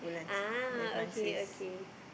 ah okay okay